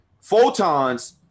Photons